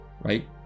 right